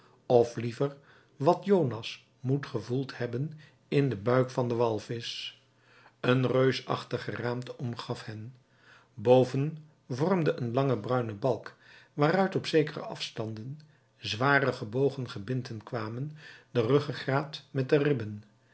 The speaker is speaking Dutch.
of liever wat jonas moet gevoeld hebben in den buik van den walvisch een reusachtig geraamte omgaf hen boven vormde een lange bruine balk waaruit op zekere afstanden zware gebogen gebinten kwamen de ruggegraat met de ribben